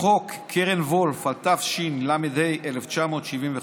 5. חוק קרן וולף, התשל"ה 1975,